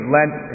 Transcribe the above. Lent